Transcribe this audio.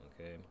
Okay